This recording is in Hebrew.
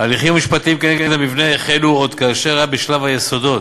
ההליכים המשפטיים כנגד המבנה החלו עוד כאשר היה בשלב היסודות,